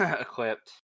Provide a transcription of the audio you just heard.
equipped